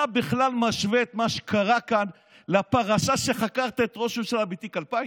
אתה בכלל משווה את מה שקרה כאן לפרשה שחקרת את ראש הממשלה בתיק 2000?